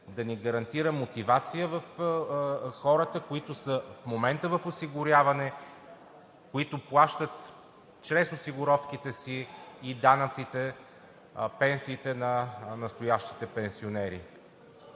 да ни гарантира мотивация в хората, които в момента са в осигуряване, които плащат чрез осигуровките и данъците си пенсиите на настоящите пенсионери.